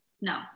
No